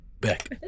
back